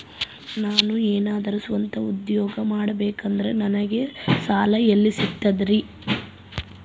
ನಾನು ಏನಾದರೂ ಸ್ವಂತ ಉದ್ಯೋಗ ಮಾಡಬೇಕಂದರೆ ನನಗ ಸಾಲ ಎಲ್ಲಿ ಸಿಗ್ತದರಿ?